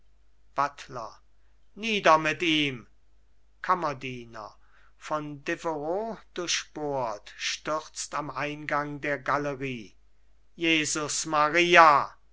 buttler nieder mitihm kammerdiener von deveroux durchbohrt stürzt am eingang der galerie jesus maria